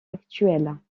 actuelle